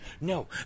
No